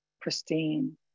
pristine